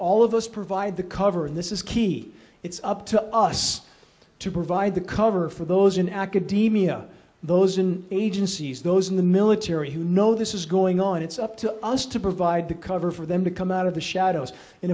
all of us provide the cover and this is key it's up to us to provide the cover for those in academia those in agencies those in the military who know this is going on it's up to us to provide the cover for them to come out of the shadows and